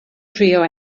drio